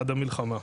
עד המלחמה.